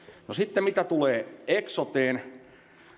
no mitä sitten tulee eksoteen